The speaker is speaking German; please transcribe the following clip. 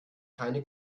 keine